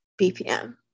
BPM